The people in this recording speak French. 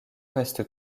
reste